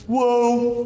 Whoa